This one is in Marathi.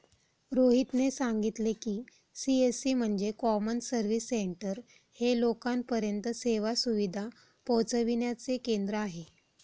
रोहितने सांगितले की, सी.एस.सी म्हणजे कॉमन सर्व्हिस सेंटर हे लोकांपर्यंत सेवा सुविधा पोहचविण्याचे केंद्र आहे